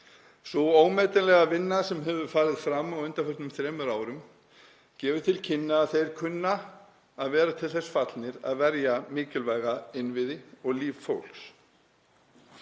Sú ómetanlega vinna sem hefur farið fram á undanförnum þremur árum gefur til kynna að þeir kunna að vera til þess fallnir að verja mikilvæga innviði og líf fólks.